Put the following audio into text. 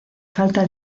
falta